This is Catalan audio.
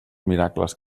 miracles